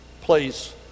place